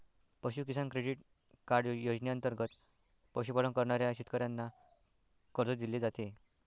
पशु किसान credit card योजनेंतर्गत पशुपालन करणाऱ्या शेतकऱ्यांना कर्ज दिले जाते